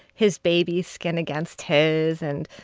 his baby's skin against his and,